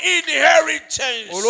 inheritance